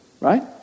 right